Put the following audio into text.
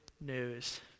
news